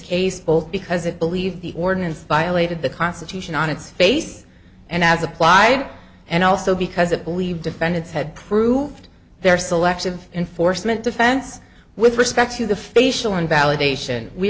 case because it believed the ordinance violated the constitution on its face and as applied and also because it believed defendants had proved their selective enforcement defense with respect to the facial invalidation we